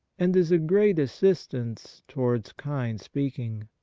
and is a great assistance towards kind speaking.